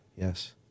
yes